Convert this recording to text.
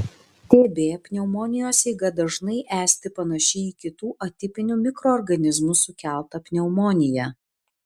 tb pneumonijos eiga dažnai esti panaši į kitų atipinių mikroorganizmų sukeltą pneumoniją